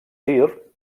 tir